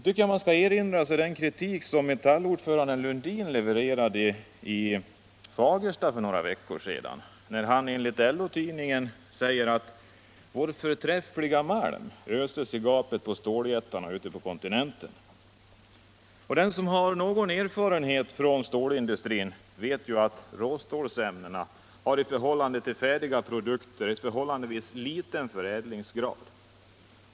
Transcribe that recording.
Jag vill erinra om den kritik som Metallordföranden Bert Lundin levererade i Fagersta för några veckor sedan, där han enligt LO-tidningen säger att vår förträffliga malm öses i gapet på ståljättarna ute på kontinenten. Den som har någon erfarenhet av stålindustrin vet att råstålsämnen har en i förhållande till färdiga produkter låg förädlingsgrad.